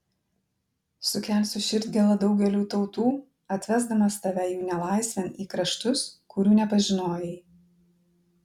sukelsiu širdgėlą daugeliui tautų atvesdamas tave jų nelaisvėn į kraštus kurių nepažinojai